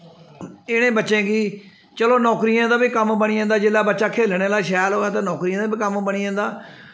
इ'नें बच्चें गी चलो नौकरियें दा बी कम्म बनी जंदा जिसलै बच्चा खेलने आह्ला शैल होऐ ते नौकरियें दा बी कम्म बनी जंदा